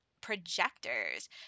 Projectors